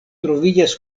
troviĝas